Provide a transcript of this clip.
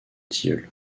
tilleul